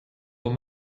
van